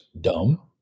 dumb